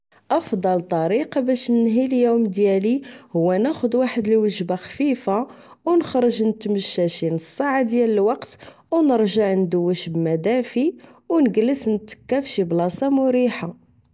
أفضل طريقة باش نهي النهار ديالي هو ناخذ واحد الوجبة خفيفة أو نخرج نتمشى شي نص ساعة ديال الوقت أو نرجع ندوش بماء دافئ أو نݣلس نتكى فشي بلاصة مريحة